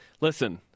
Listen